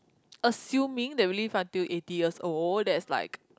assuming that we live until eighty years old that's like